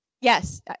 Yes